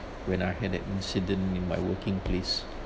when I had an incident in my working place